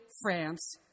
France